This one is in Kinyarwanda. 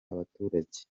abaturage